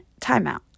timeout